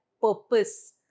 purpose